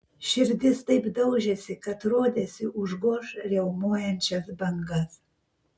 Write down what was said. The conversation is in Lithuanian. širdis taip daužėsi kad rodėsi užgoš riaumojančias bangas